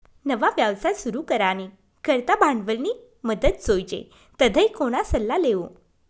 नवा व्यवसाय सुरू करानी करता भांडवलनी मदत जोइजे तधय कोणा सल्ला लेवो